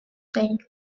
değil